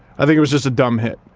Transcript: i think it was just a dumb hit.